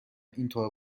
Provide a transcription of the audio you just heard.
اینطور